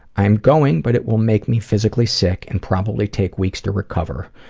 i'm going, but it will make me physically sick, and probably take weeks to recover.